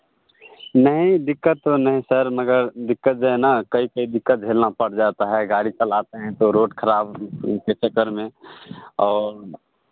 नहीं दिक्कत तो नहीं सर मगर दिक्कत जो है ना कई कई दिक्कत झेलना पड़ जाता है गाड़ी चलाते हैं तो रोड खराब के चक्कर में और